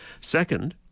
second